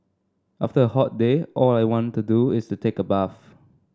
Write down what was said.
after a hot day all I want to do is take a bath